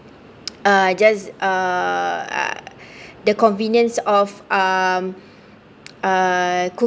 uh just uh the convenience of um uh cook~